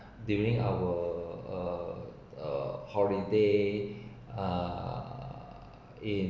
during our uh uh holiday ah in